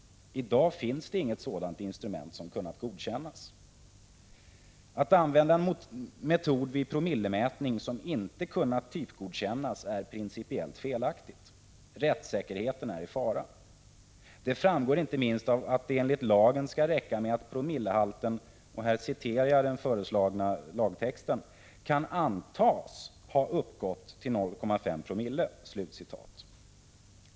I dag finns det inget sådant instrument som kunnat godkännas. Att använda en metod vid promillemätning som inte kunnat typgodkännas är principellt felaktigt. Rättssäkerheten är i fara. Det framgår inte minst av att det enligt lagförslaget skall räcka med att promillehalten ”kan antas ha uppgått till 0,5 promille”.